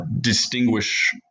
distinguish